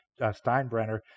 Steinbrenner